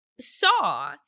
saw